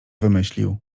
wymyślił